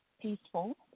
Peaceful